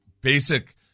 basic